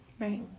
Right